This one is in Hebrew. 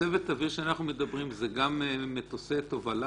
צוות האוויר שאנחנו מדברים זה גם מטוסי תובלה,